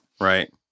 Right